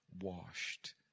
washed